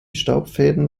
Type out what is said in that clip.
staubfäden